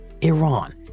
Iran